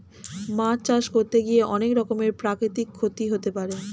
মাছ চাষ করতে গিয়ে অনেক রকমের প্রাকৃতিক ক্ষতি হতে পারে